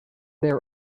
their